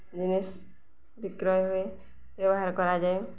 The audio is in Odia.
ଜିନିଷ୍ ବିକ୍ରୟ ହୁଏ ବ୍ୟବହାର କରାଯାଏ